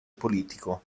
politico